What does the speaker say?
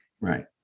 Right